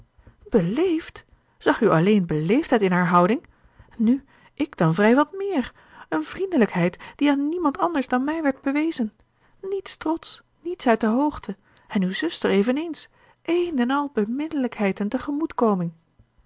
beleefd zag u alleen beleefdheid in haar houding nu ik dan vrij wat méér een vriendelijkheid die aan niemand anders dan mij werd bewezen niets trotsch niets uit de hoogte en uw zuster eveneens een en al beminnelijkheid en tegemoetkoming